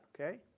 okay